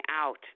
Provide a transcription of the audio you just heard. out